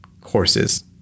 courses